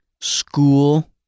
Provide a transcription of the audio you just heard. school